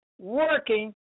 working